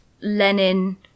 Lenin